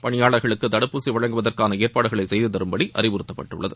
பணியாளர்களுக்கு தடுப்பூசி வழங்குவதற்கான ஏற்பாடுகளை செய்து தரும்படி அறிவுறுத்தப்பட்டுள்ளது